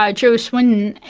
um jo swinson,